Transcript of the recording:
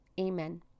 Amen